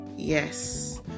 Yes